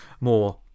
more